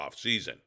offseason